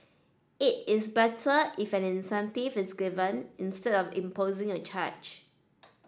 it is better if an incentive is given instead of imposing a charge